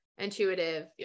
intuitive